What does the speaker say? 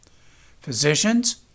physicians